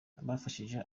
bafashije